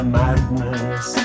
madness